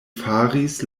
faris